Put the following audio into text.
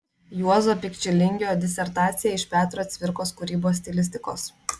juozo pikčilingio disertacija iš petro cvirkos kūrybos stilistikos